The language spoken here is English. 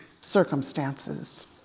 circumstances